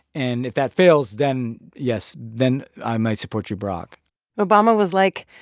and if that fails, then yes, then i might support you, barack obama was like,